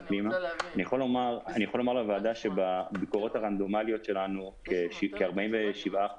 אני יכול לומר לוועדה שבביקורות הרנדומליות שלנו כ-47%